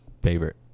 favorite